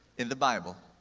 in the bible,